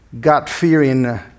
God-fearing